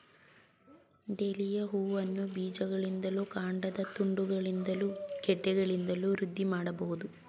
dahlia ಹೂವನ್ನ ಬೀಜಗಳಿಂದಲೂ ಕಾಂಡದ ತುಂಡುಗಳಿಂದಲೂ ಗೆಡ್ಡೆಗಳಿಂದಲೂ ವೃದ್ಧಿ ಮಾಡ್ಬಹುದು